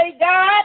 God